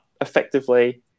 effectively